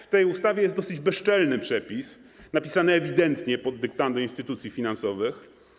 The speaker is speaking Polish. W tej ustawie jest dosyć bezczelny przepis, napisany ewidentnie pod dyktando instytucji finansowych.